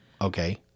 okay